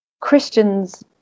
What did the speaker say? Christians